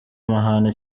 amahane